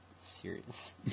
Serious